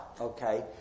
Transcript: okay